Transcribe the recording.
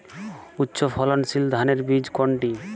উচ্চ ফলনশীল ধানের বীজ কোনটি?